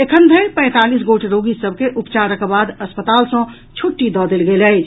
एखन धरि पैंतालीस गोट रोगी सभक उपचारक बाद अस्पताल सँ छुट्टी दऽ देल गेल अछि